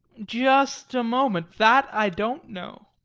just a moment, that i don't know.